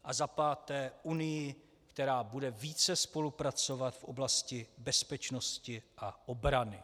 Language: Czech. A za páté Unii, která bude více spolupracovat v oblasti bezpečnosti a obrany.